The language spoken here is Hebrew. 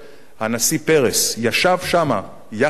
הנשיא פרס ישב שם יחד עם ארדואן,